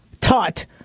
taught